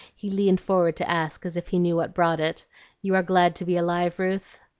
he leaned forward to ask, as if he knew what brought it you are glad to be alive, ruth?